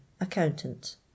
accountant